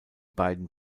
beiden